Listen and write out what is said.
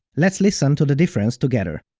let's listen to the difference together.